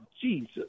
Jesus